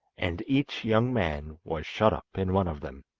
and each young man was shut up in one of them.